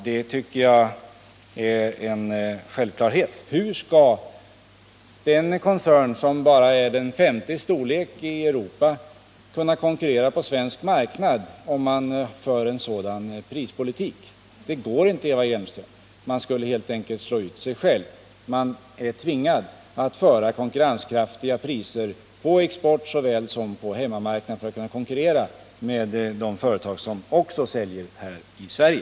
Det tycker jag är en självklarhet, för hur skall en koncern som är den femte i storleksordningen i Europa kunna konkurrera på den svenska marknaden, om den för en sådan prispolitik? Det går inte, Eva Hjelmström, för man skulle helt enkelt slå ut sig själv. Man är tvingad att tillämpa konkurrenskraftiga priser såväl på exportmarknaden som på hemmamarknaden för att kunna konkurrera med de företag som också säljer här i Sverige.